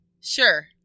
Sure